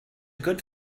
good